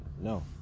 No